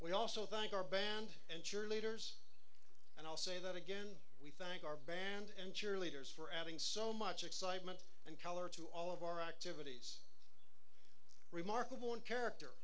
we also thank our band and your leaders and i'll say that again we thank our band and cheerleaders for adding so much excitement and color to all of our activities remarkable one character